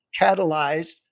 catalyzed